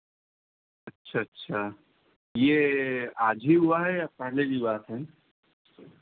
अच्छा अच्छा ये आज ही हुआ है या पहले की बात है